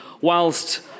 whilst